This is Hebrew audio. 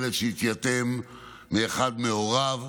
ילד שהתייתם מאחד מהוריו.